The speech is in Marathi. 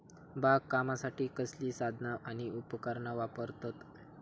बागकामासाठी कसली साधना आणि उपकरणा वापरतत?